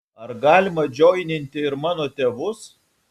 ar galima džoininti ir mano tėvus